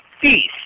feast